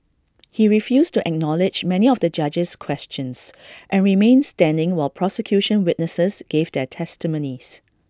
he refused to acknowledge many of the judge's questions and remained standing while prosecution witnesses gave their testimonies